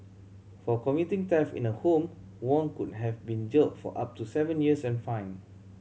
for committing theft in a home Wong could have been jailed for up to seven years and fined